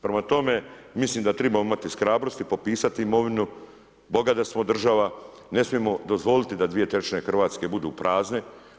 Prema tome, mislim da tribamo imati hrabrosti popisati imovinu, bogata smo država, ne smijemo dozvoliti da dvije trećine Hrvatske budu prazne.